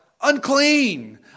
Unclean